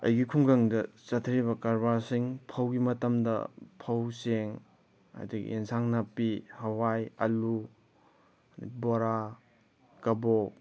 ꯑꯩꯒꯤ ꯈꯨꯡꯒꯪꯗ ꯆꯠꯊꯔꯤꯕ ꯀꯔꯕꯥꯔꯁꯤꯡ ꯐꯧꯒꯤ ꯃꯇꯝꯗ ꯐꯧ ꯆꯦꯡ ꯑꯗꯒꯤ ꯑꯦꯟꯁꯥꯡ ꯅꯥꯄꯤ ꯍꯋꯥꯏ ꯑꯥꯂꯨ ꯑꯗꯩ ꯕꯣꯔꯥ ꯀꯕꯣꯛ